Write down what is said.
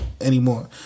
anymore